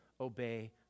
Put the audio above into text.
obey